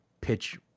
pitch